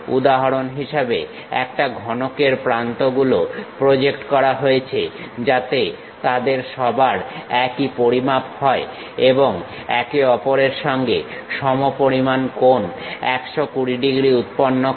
উদাহরণ হিসেবে একটা ঘনকের প্রান্ত গুলো প্রজেক্ট করা হয়েছে যাতে তাদের সবার একই পরিমাপ হয় এবং একে অপরের সঙ্গে সমপরিমাণ কোণ 120 ডিগ্রী উৎপন্ন করে